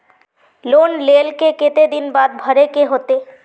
Loan लेल के केते दिन बाद भरे के होते?